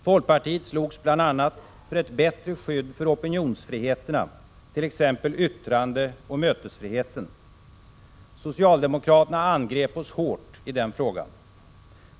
Folkpartiet slogs bl.a. för ett bättre skydd av opinionsfriheterna, t.ex. yttrandeoch mötesfriheten. Socialdemokraterna angrep oss hårt i denna fråga.